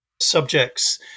subjects